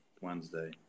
Wednesday